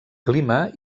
clima